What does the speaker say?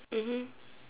mmhmm